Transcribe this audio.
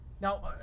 Now